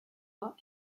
are